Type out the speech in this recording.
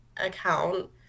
account